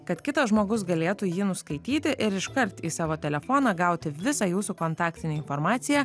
kad kitas žmogus galėtų jį nuskaityti ir iškart į savo telefoną gauti visą jūsų kontaktinę informaciją